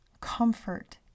comfort